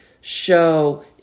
show